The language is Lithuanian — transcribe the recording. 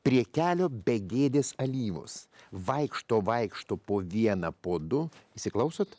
prie kelio begėdės alyvos vaikšto vaikšto po vieną po du įsiklausot